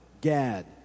Gad